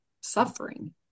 suffering